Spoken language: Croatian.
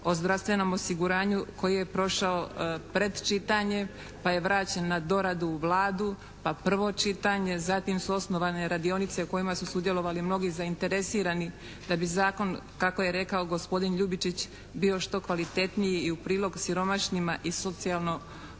o zdravstvenom osiguranju koji je prošao predčitanje, pa je vraćen na doradu u Vladu, pa prvo čitanje, zatim su osnovane radionice u kojima su sudjelovali mnogi zainteresirani da bi zakon kako je rekao gospodin Ljubičić bio što kvalitetniji i u prilog siromašnima i socijalno